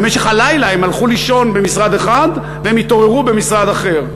שבמשך הלילה הם הלכו לישון במשרד אחד והם התעוררו במשרד אחר.